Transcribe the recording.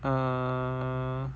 err